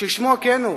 כשמו כן הוא,